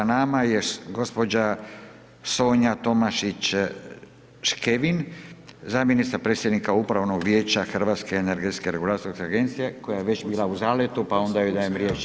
S nama je gospođa Sonja Tomašić Škevin, zamjenica predsjednika upravnog Vijeća Hrvatske energetske regulatorne agencije koja je već bila u zaletu pa onda joj dajem riječ.